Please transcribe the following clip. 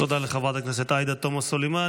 תודה לחברת הכנסת עאידה תומא סלימאן.